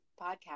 podcast